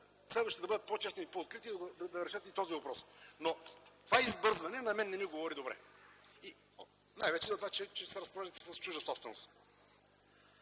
следващите да бъдат по-честни и по-открити, за да решат и този въпрос. Но това избързване на мен не ми говори добре, най-вече за това, че се разпореждате с чужда собственост.